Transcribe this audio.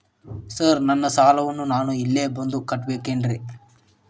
Sir ನನ್ನ ಸಾಲವನ್ನು ನಾನು ಇಲ್ಲೇ ಬಂದು ಕಟ್ಟಬೇಕೇನ್ರಿ?